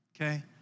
Okay